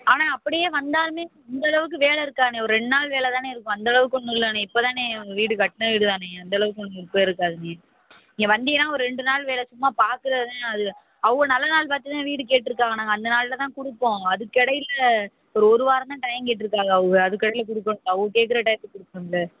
ஆனால் அப்படியே வந்தாலுமே இந்தளவுக்கு வேலை இருக்காதுண்ணே ஒரு ரெண்டு நாள் வேலை தாண்ணே இருக்கும் அந்த அளவுக்கு ஒன்றும் இல்லைண்ணே இப்போது தாண்ணே வீடு கட்டின வீடு தாண்ணே அந்தளவுக்கு ஒன்றும் ரிப்பேர் இருக்காதுண்ணே நீங்கள் வந்தீங்கன்னால் ஒரு ரெண்டு நாள் வேலை சும்மா பார்க்குறது தான் அதில் அவுங்க நல்ல நாள் பார்த்து தான் வீடு கேட்டிருக்காக நாங்கள் அந்த நாளில் தான் கொடுப்போம் அதுக்கிடையில ஒரு ஒரு வாரம் தான் டைம் கேட்டிருக்காக அவுங்க அதுக்கிடையில கொடுக்க அவுங்க கேட்குற டையத்துக்கு கொடுக்கணும்ல